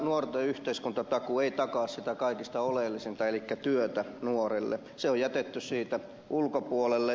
nuorten yhteiskuntatakuu ei takaa sitä kaikkein oleellisinta elikkä työtä nuorelle se on jätetty siitä ulkopuolelle